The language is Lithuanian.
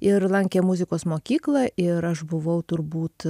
ir lankė muzikos mokyklą ir aš buvau turbūt